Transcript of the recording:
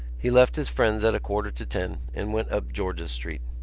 he left his friends at a quarter to ten and went up george's street.